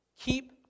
Keep